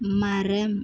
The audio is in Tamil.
மரம்